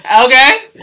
Okay